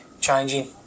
changing